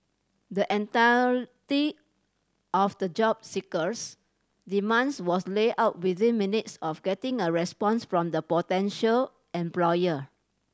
the entirety of the job seeker's demands was laid out within minutes of getting a response from the potential employer